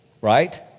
Right